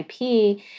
IP